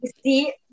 See